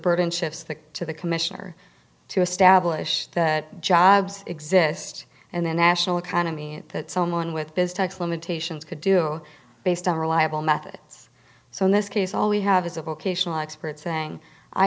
burden shifts that to the commissioner to establish that jobs exist and the national economy at that someone with biz tax limitations could do based on reliable methods so in this case all we have is a vocational expert saying i